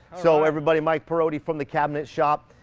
so everybody. mike perotti from the cabinet shop!